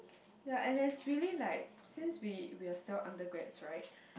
ya and it's really like since we we are still undergrads right